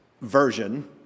version